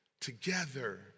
together